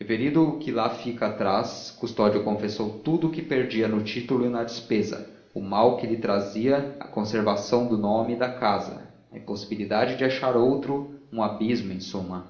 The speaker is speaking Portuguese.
referido o que lá fica atrás custódio confessou tudo o que perdia no título e na despesa o mal que lhe trazia a conservação do nome da casa a impossibilidade de achar outro um abismo em suma